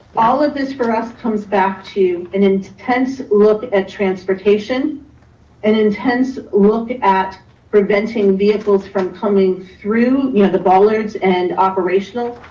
all of this for us comes back to an intense look at transportation and intense look at preventing vehicles from coming through you know the bollards and operational,